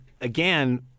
again